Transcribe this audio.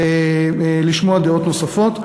ולשמוע דעות נוספות.